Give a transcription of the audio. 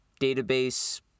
database